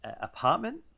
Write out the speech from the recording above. apartment